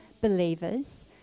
believers